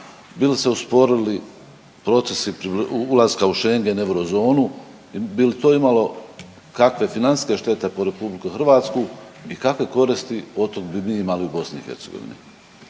bi li se usporili procesi ulaska u Schengen, eurozonu, bi li to imalo kakve financijske štete po RH i kakve koristi od tog bi mi imali u BiH?